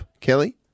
Kelly